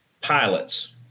pilots